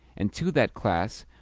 and to that class